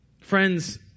Friends